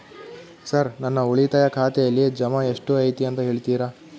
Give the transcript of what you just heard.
Sir ನನ್ನ ಉಳಿತಾಯ ಖಾತೆಯಲ್ಲಿ ಜಮಾ ಎಷ್ಟು ಐತಿ ಅಂತ ಹೇಳ್ತೇರಾ?